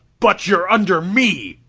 but you're under me!